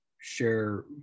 share